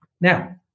Now